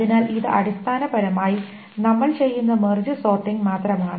അതിനാൽ ഇത് അടിസ്ഥാനപരമായി നമ്മൾ ചെയ്യുന്ന മെർജ് സോർട്ടിങ് മാത്രമാണ്